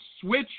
switch